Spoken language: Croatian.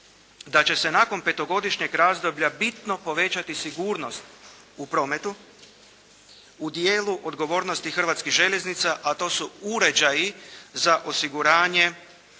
da će se nakon petogodišnjeg razdoblja bitno povećati sigurnost u prometu u dijelu odgovornosti Hrvatskih željeznica a to su uređaji za osiguranje